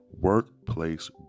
workplace